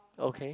okay